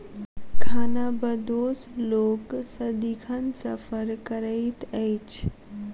खानाबदोश लोक सदिखन सफर करैत अछि